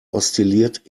oszilliert